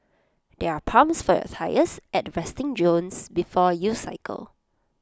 there are pumps for your tyres at the resting zones before you cycle